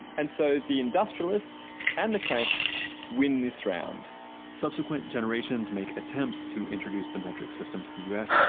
and so the industrialists and the cranks win this round subsequent generations make attempts to introduce the metric system to the u s.